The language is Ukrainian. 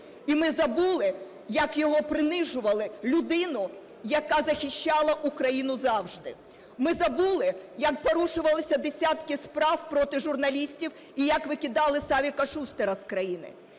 і ми забули, як його принижували, – людину, яка захищала Україну завжди? Ми забули, як порушувалися десятки справ проти журналістів і як викидали Савіка Шустера з країни?